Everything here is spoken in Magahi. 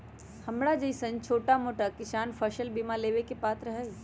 हमरा जैईसन छोटा मोटा किसान फसल बीमा लेबे के पात्र हई?